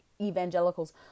evangelicals